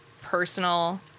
personal